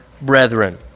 brethren